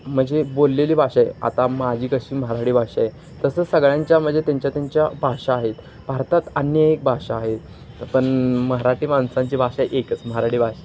म्हणजे बोललेली भाषा आहे आता माझी कशी मराठी भाषा आहे तसंच सगळ्यांच्या म्हणजे त्यांच्या त्यांच्या भाषा आहेत भारतात अनेक एक भाषा आहे पण मराठी माणसांची भाषा एकच मराठी भाषा